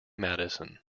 madison